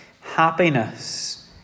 happiness